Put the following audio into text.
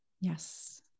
Yes